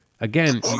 Again